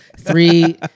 three